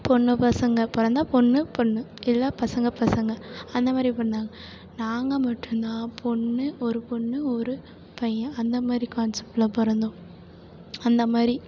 பெண்ணு பசங்க பிறந்தா பெண்ணு பெண்ணு இல்லை பசங்க பசங்க அந்த மாதிரி பண்ணாங்க நாங்கள் மட்டுந்தான் பெண்ணு ஒரு பெண்ணு ஒரு பையன் அந்த மாதிரி கான்சப்ட்டில் பிறந்தோம் அந்த மாதிரி